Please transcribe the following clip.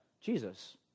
Jesus